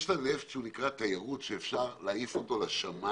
יש לה נפט שנקרא תיירות שאפשר להעיף אותו לשמים